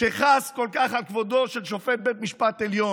שחס כל כך על כבודו של שופט בית משפט עליון,